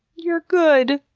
you're good.